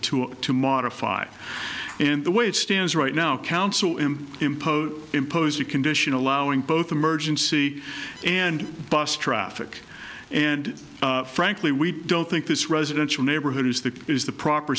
look to modify in the way it stands right now counsel him impose impose a condition allowing both emergency and bus traffic and frankly we don't think this residential neighborhood is the proper